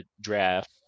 draft